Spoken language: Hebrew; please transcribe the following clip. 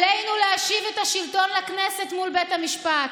עלינו להשיב את השלטון לכנסת מול בית המשפט.